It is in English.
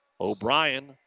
O'Brien